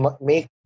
make